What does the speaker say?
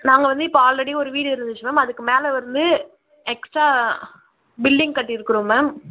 நாங்கள் வந்து இப்போது ஆல்ரெடி ஒரு வீடு இருந்துச்சி மேம் அதுக்கு மேல வந்து எக்ஸ்ட்ரா பில்டிங் கட்டிருக்கிறோம் மேம்